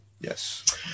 Yes